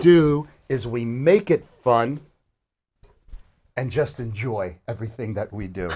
do is we make it fun and just enjoy everything that we do